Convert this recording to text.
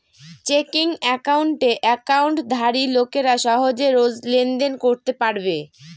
checking একাউণ্টে একাউন্টধারী লোকেরা সহজে রোজ লেনদেন করতে পারবে